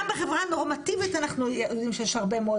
גם בחברה נורמטיבית אנחנו רואים שיש הרבה מאוד